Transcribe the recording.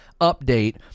update